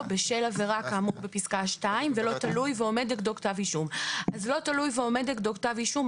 בשל עבירה כאמור בפסקה (2) ולא תלוי ועומד נגדו כתב אישום.